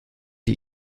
die